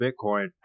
bitcoin